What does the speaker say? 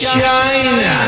China